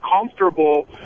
comfortable